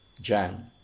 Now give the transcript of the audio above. Jan